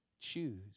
choose